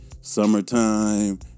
summertime